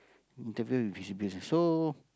interfere with his business so